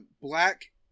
black